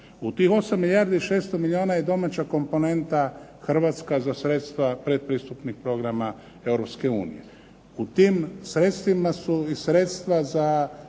U tih 8 milijardi i 600 milijuna je domaća komponenta hrvatska za sredstva predpristupnih programa Europske unije. U tim sredstvima su i sredstva za